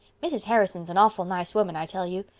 mrs. harrison's an awful nice woman, i tell you.